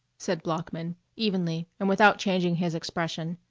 said bloeckman, evenly and without changing his expression,